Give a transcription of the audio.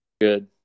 Good